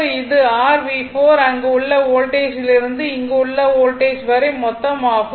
இது r V4 அங்கு உள்ள வோல்டேஜிலிருந்து இங்கு உள்ள வோல்டேஜ் வரை மொத்தம் ஆகும்